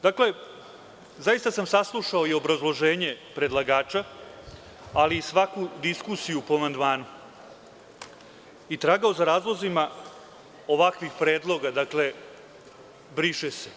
Dakle, zaista sam saslušao i obrazloženje predlagača, ali i svaku diskusiju po amandmanu i tragao za razlozima ovakvih predloga, dakle, „briše se“